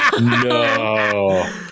No